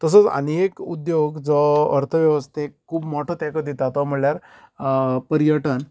तसोच आनी एक उद्द्योग जो अर्थ वेवस्थेक खूब मोठो तेको दिता तो म्हणल्यार पर्यटन